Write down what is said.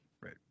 right